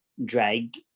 drag